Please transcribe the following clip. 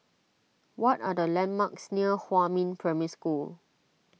what are the landmarks near Huamin Primary School